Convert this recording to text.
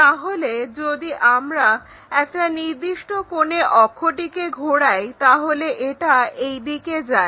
তাহলে যদি আমরা একটা নির্দিষ্ট কোণে অক্ষটিকে ঘোরাই তাহলে এটা এই দিকে যায়